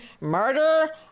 murder